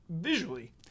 visually